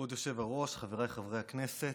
כבוד היושב-ראש, חבריי חברי הכנסת,